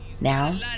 Now